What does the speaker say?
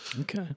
Okay